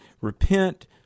repent